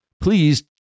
Please